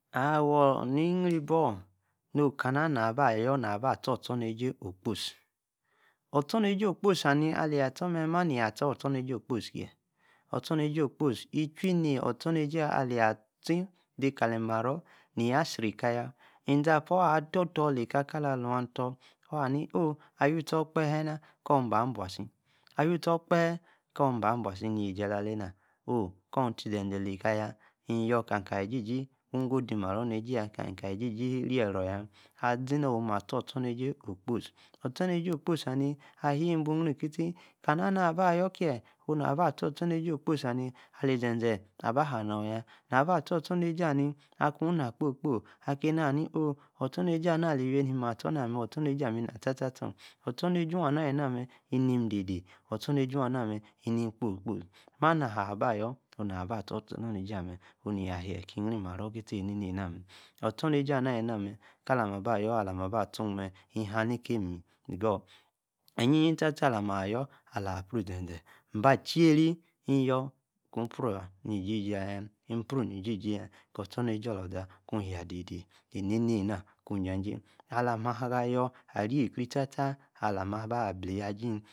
Awor ni-rrie-bon, no-kona na aba-yor, na-ba stor-stirnejie, okpsi, ostronejie okposi anni, ala-eyi at-stor, maa, ne-eyi aa-stor-ostornejie, aliaa-atie de kali maro, nia riay-ka yaa, iza-epa on atortor, le kaa, kalu-ator, waa haa oh okpahe naa, kor iba bua si, awyo. tie okpae kor, iba buasi, yie si ala lanena, oh kor, nn-tie zezee, lekayaa, eyor ka-mme ka li-ejiji, wee-go, di-maro ne-ji-yaa, kam-kali-jiji rerro-yaa, azi-no-maa, ostronejie, okposi, ostronejie, okposi-ani, aheei, nbuu yie-kie-tie, kana nua aba yor hee, oh naa, ba ostronejie okposi ani, ali zezee aba haa nor-yaa, na-ba ostronejie, ari akuma kpo kpo, kane-na ahaa-ni oh, ostronejie ana, ah-iwi neem, ator-na-mee, ostor-nejie amme, inna tar=tar, stor, ostronejjie amaa, alina mee, ineem, de-de, ostronejie ana mee, ni neem, kpo-kpo, maa, na-haa ba-yor, ona ba ostronejjie mee, oh mia heeh, ki yii-maro, kiatie enena-mee, ostronejie ama alina-mee, kala, ama ba yor, nam aba tuum mee, ne-haa alikem- gor eyie-yie tar-tar, ala-pruu ize-zee ibaa, tieray, iyor ipruu ijiji-ayaa, iprum ni jiji-yaa kor ostronejjie olosaa kuu yaa dede, ene-ne-na kwaa ijajay. ala-ma-da-yor, arrikrie tar-tar, ala-maa-ba blane ajie-e.